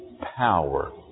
power